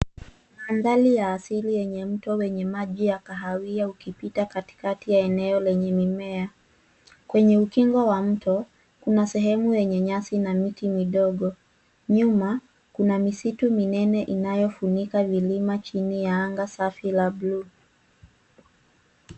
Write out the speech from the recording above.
Mandhari ya asili yenye mto wenye maji ya kahawia yakipita katikati ya eneo lenye mimea. Kwenye ukingo wa mto, kuna sehemu yenye nyasi na miti midogo. Nyuma, kuna misitu minene inayofunika milima chini ya anga safi la buluu.